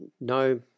no